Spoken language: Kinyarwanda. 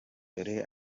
dore